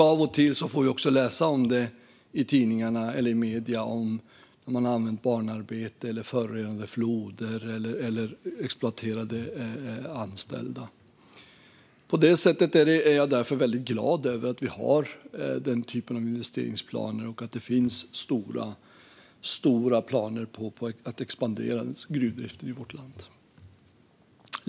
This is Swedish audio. Av och till får vi läsa i tidningarna och medierna om att man har använt barnarbete, förorenat floder eller exploaterat sina anställda. Jag är därför glad över att dessa investeringsplaner finns och att det finns stora planer på att expandera gruvdriften i vårt land.